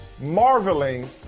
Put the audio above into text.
marveling